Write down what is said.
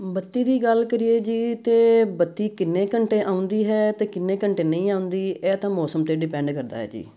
ਬੱਤੀ ਦੀ ਗੱਲ ਕਰੀਏ ਜੀ ਅਤੇ ਬੱਤੀ ਕਿੰਨੇ ਘੰਟੇ ਆਉਂਦੀ ਹੈ ਅਤੇ ਕਿੰਨੇ ਘੰਟੇ ਨਹੀਂ ਆਉਂਦੀ ਇਹ ਤਾਂ ਮੌਸਮ 'ਤੇ ਡਿਪੈਂਡ ਕਰਦਾ ਹੈ ਜੀ